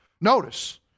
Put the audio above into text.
Notice